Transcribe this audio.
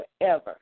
forever